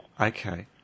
Okay